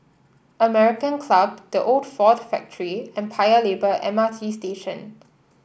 American Club The Old Ford Factory and Paya Lebar M R T Station